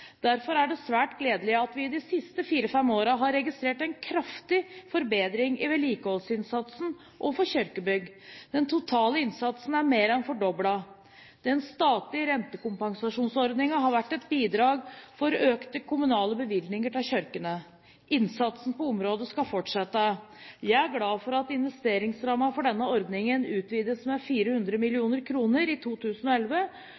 Derfor er det svært gledelig at vi i de siste fire–fem årene har registrert en kraftig forbedring i vedlikeholdsinnsatsen overfor kirkebyggene. Den totale innsatsen er mer enn fordoblet. Den statlige rentekompensasjonordningen har vært et bidrag for økte kommunale bevilgninger til kirkene. Innsatsen på området skal fortsette. Jeg er glad for at investeringsrammen for denne ordningen utvides med 400